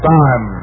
time